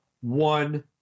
one